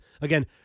Again